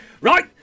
Right